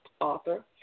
author